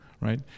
right